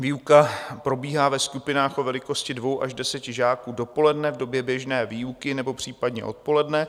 Výuka probíhá ve skupinách o velikosti dvou až deseti žáků dopoledne v době běžné výuky nebo případně odpoledne.